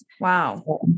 Wow